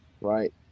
right